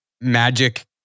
magic